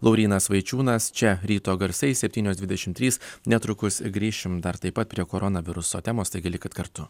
laurynas vaičiūnas čia ryto garsai septynios dvidešimt trys netrukus grįšim dar taip pat prie koronaviruso temos taigi likit kartu